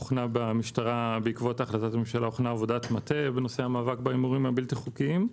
ובעקבותיה הוכנה במשטרה עבודת מטה בנושא המאבק בהימורים הבלתי חוקיים.